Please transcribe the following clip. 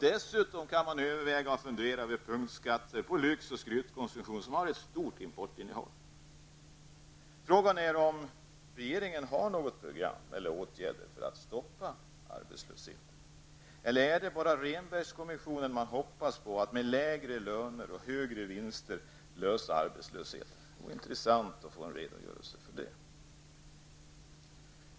Dessutom kan man överväga punktskatter på lyx och skrytkonsumtion som har ett stort importinnehåll. Rehnbergkommissionen man hoppas på: att med lägre löner och högre vinster klara arbetslösheten? Det vore intressant att få en redogörelse för det.